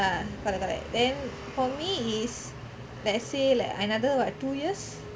ah correct correct then for me is let's say like another [what] two years